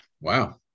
Wow